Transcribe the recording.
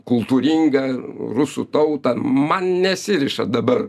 kultūringą rusų tautą man nesiriša dabar